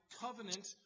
covenant